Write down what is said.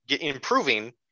improving